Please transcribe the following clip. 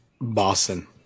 Boston